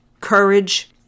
courage